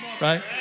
right